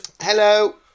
Hello